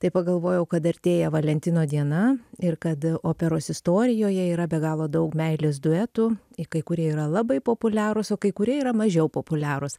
tai pagalvojau kad artėja valentino diena ir kad operos istorijoje yra be galo daug meilės duetų kai kurie yra labai populiarūs o kai kurie yra mažiau populiarūs